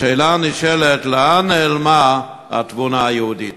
השאלה הנשאלת: לאן נעלמה התבונה היהודית?